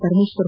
Parameshwar